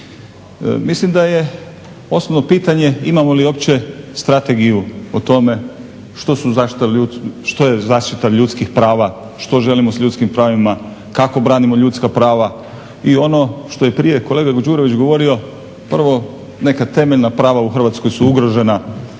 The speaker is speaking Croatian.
Mislim da je osnovno pitanje imamo li uopće strategiju o tome što je zaštita ljudskih prava, što želimo s ljudskim pravima, kako branimo ljudska prava. I ono što je prije kolega Đurović govorio prvo neka temeljna prava u Hrvatskoj su ugrožena